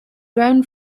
grown